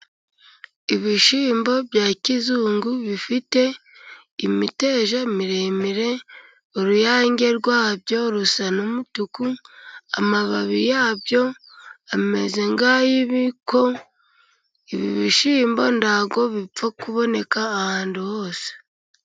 Ibishyimbo bya kizungu bifite imiteja miremire, uruyange rwabyo rusa n'umutuku, amababi yabyo ameze nk'ay'ibiko. Ibi bishyimbo ntabwo bipfa kuboneka ahantu hose.